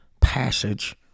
passage